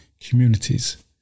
communities